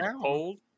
cold